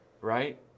right